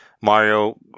Mario